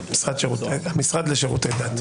המשרד לשירותי דת.